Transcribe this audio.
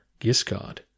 Giscard